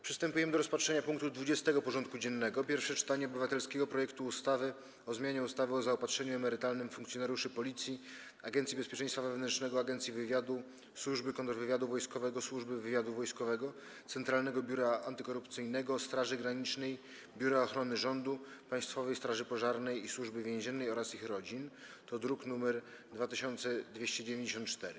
Przystępujemy do rozpatrzenia punktu 20. porządku dziennego: Pierwsze czytanie obywatelskiego projektu ustawy o zmianie ustawy o zaopatrzeniu emerytalnym funkcjonariuszy Policji, Agencji Bezpieczeństwa Wewnętrznego, Agencji Wywiadu, Służby Kontrwywiadu Wojskowego, Służby Wywiadu Wojskowego, Centralnego Biura Antykorupcyjnego, Straży Granicznej, Biura Ochrony Rządu, Państwowej Straży Pożarnej i Służby Więziennej oraz ich rodzin (druk nr 2294)